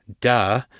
Duh